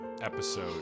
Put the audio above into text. episode